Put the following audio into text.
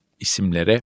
isimlere